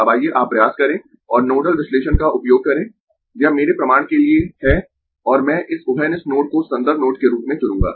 अब आइये आप प्रयास करें और नोडल विश्लेषण का उपयोग करें यह मेरे प्रमाण के लिए है और मैं इस उभयनिष्ठ नोड को संदर्भ नोड के रूप में चुनूंगा